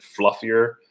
fluffier